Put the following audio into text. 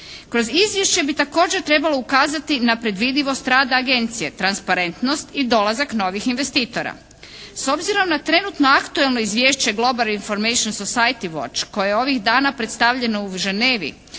Kroz izvješće bi također trebalo ukazati na predvidivost rada agencije, transparentnost i dolazak novih investitora. S obzirom na trenutno aktualno izvješće “Global information sociaty watch“ koje je ovih dana predstavljeno u Genevi,